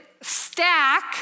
stack